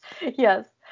yes